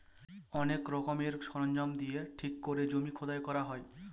অনেক রকমের সরঞ্জাম দিয়ে ঠিক করে জমি খোদাই করা হয়